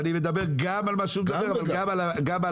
אני מדבר גם על מה שהוא דיבר אבל גם על ההמשך.